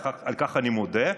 ועל כך אני מודה.